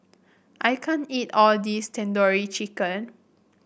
I can't eat all this Tandoori Chicken